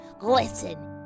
Listen